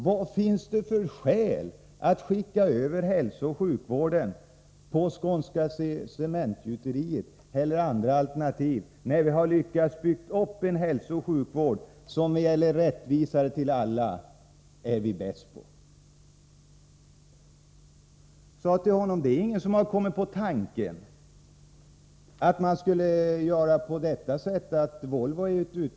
Vad finns det för skäl att överlåta hälsooch sjukvården på Skånska Cementgjuteriet eller att söka efter andra alternativ när vi har lyckats bygga upp en rättvis hälsooch sjukvård, som är till för alla? Det är vi bäst på. Vidare sade jag: Volvo är ju ett utmärkt företag som tillverkar bilar.